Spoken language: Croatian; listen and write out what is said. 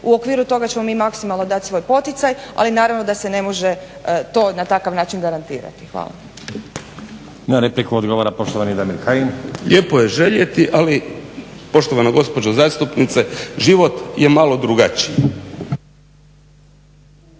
u okviru toga ćemo mi maksimalno dati svoj poticaj, ali naravno da se ne može to na takav način garantirati. Hvala. **Stazić, Nenad (SDP)** Na repliku odgovara poštovani Damir Kajin. **Kajin, Damir (Nezavisni)** Lijepo je željeti, ali poštovana gospođo zastupnice život je malo drugačiji.